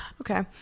Okay